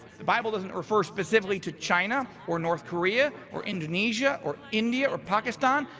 the bible doesn't refer specifically to china or north korea or indonesia or india or pakistan.